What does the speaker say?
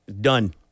Done